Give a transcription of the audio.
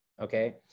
okay